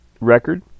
record